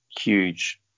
huge